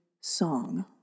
song